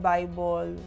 Bible